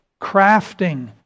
crafting